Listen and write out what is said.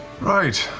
right.